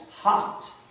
hot